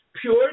pure